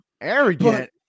arrogant